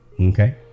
Okay